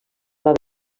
van